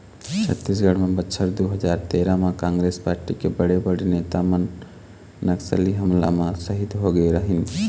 छत्तीसगढ़ म बछर दू हजार तेरा म कांग्रेस पारटी के बड़े बड़े नेता मन नक्सली हमला म सहीद होगे रहिन